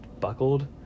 Buckled